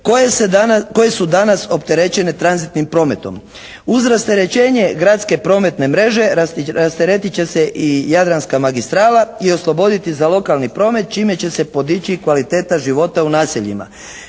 koje su danas opterećene tranzitnim prometom. Uz rasterećenje gradske prometne mreže, rasteretit će se i Jadranska magistrala i osloboditi za lokalni promet, čime će se podići kvaliteta života u naseljima.